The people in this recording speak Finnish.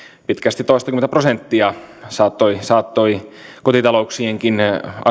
pitkälti toistakymmentä prosenttia saattoi saattoi kotitalouksienkin